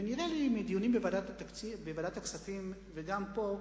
ונראה לי מדיונים בוועדת הכספים וגם פה,